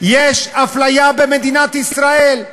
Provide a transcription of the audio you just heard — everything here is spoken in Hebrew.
יש אפליה במדינת ישראל.